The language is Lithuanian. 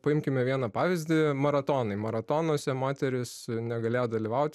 paimkime vieną pavyzdį maratonai maratonuose moterys negalėjo dalyvaut